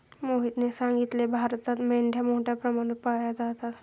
मोहितने सांगितले, भारतात मेंढ्या मोठ्या प्रमाणात पाळल्या जातात